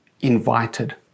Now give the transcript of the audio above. invited